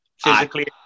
Physically